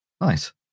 Nice